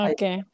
Okay